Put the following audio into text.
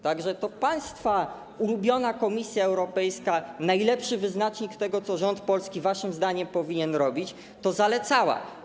Tak że to państwa ulubiona Komisja Europejska, najlepszy wyznacznik tego, co rząd polski waszym zdaniem powinien robić, to zalecała.